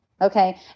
okay